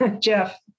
Jeff